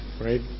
right